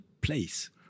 place